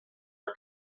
are